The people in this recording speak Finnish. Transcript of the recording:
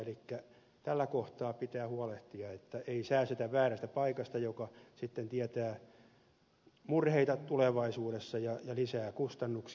elikkä tällä kohtaa pitää huolehtia että ei säästetä väärästä paikasta mikä sitten tietää murheita tulevaisuudessa ja lisää kustannuksia